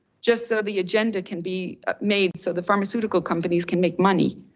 just so the agenda can be ah made, so the pharmaceutical companies can make money.